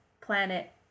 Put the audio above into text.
planet